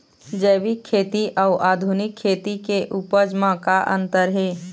जैविक खेती अउ आधुनिक खेती के उपज म का अंतर हे?